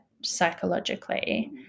psychologically